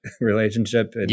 relationship